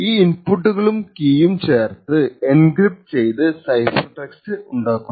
ഈ ഇൻപുട്ടുകളും കീയും ചേർത്ത് എൻക്രിപ്ട് ചെയ്തു സൈഫർ ടെക്സ്റ്റ് ഉണ്ടാക്കുന്നു